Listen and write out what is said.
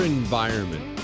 environment